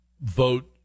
vote